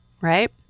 right